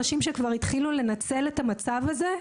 אנשים שכבר התחילו לנצל את המצב הזה,